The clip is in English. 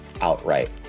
outright